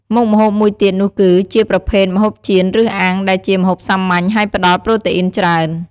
មុខម្ហូបមួយទៀតនោះគឺជា ប្រភេទម្ហូបចៀន ឬអាំង ដែលជាម្ហូបសាមញ្ញហើយផ្តល់ប្រូតេអ៊ីនច្រើន។